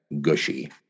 gushy